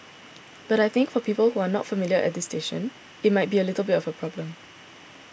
but I think for people who are not familiar at this station it might be a bit of a problem